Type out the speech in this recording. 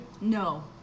No